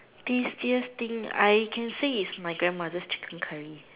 tastiest thing I can say is my grand mothers chicken curry